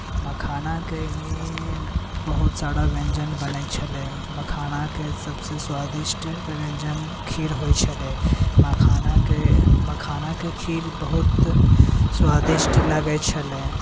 मखानाके एन्नी बहुत सारा व्यञ्जन बनैत छलै मखानाके सभसँ स्वादिष्ट व्यञ्जन खीर होइत छलै मखानाके खीर बहुत स्वादिष्ट लगैत छलै